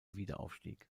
wiederaufstieg